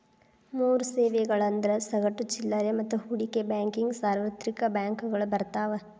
ಮೂರ್ ಸೇವೆಗಳಂದ್ರ ಸಗಟು ಚಿಲ್ಲರೆ ಮತ್ತ ಹೂಡಿಕೆ ಬ್ಯಾಂಕಿಂಗ್ ಸಾರ್ವತ್ರಿಕ ಬ್ಯಾಂಕಗಳು ಬರ್ತಾವ